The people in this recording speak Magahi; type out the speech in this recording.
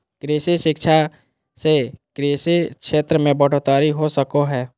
कृषि शिक्षा से कृषि क्षेत्र मे बढ़ोतरी हो सको हय